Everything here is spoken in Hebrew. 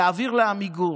להעביר לעמיגור.